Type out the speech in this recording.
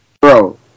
Bro